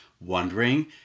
wondering